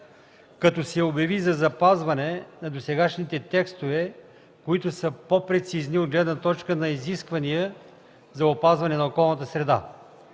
като се обяви за запазване на досегашните текстове, които са по-прецизни от гледна точка на изисквания за опазване на околната среда.